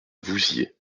vouziers